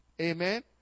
Amen